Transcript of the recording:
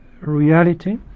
reality